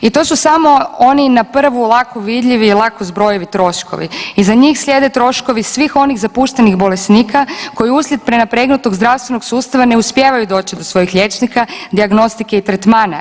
I to su samo oni na prvu lako vidljivi i lako zbrojevi troškovi, iza njih slijede troškovi svih onih zapuštenih bolesnika koji uslijed prenapregnutog zdravstvenog sustava ne uspijevaju doći do svojih liječnika, dijagnostike i tretmana.